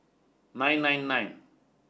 nine nine nine